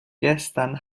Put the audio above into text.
gestern